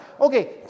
Okay